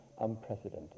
unprecedented